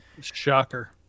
Shocker